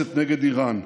הנחרצת נגד איראן,